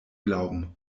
glauben